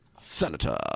Senator